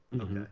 Okay